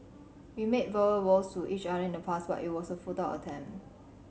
we made verbal vows to each other in the past but it was a futile attempt